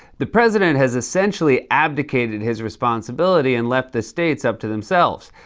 the president has essentially abdicated his responsibility and left the states up to themselves.